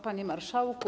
Panie Marszałku!